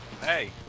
Hey